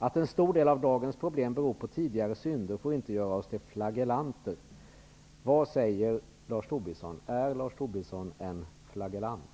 Att en stor del av dagens problem beror på tidigare synder får inte göra oss till flaggellanter.'' Vad säger Lars Tobisson? Är Lars Tobisson en flaggellant?